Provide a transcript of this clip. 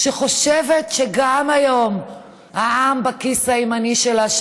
שחושבת שגם היום העם בכיס הימני שלה,